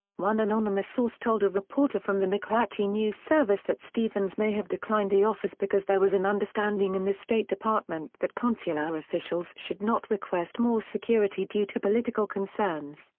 one anonymous source told a reporter from the mcclatchy news service that stevens may have declined the offers because there was an understanding in the state department that consular officials should not request more security due to political concerns,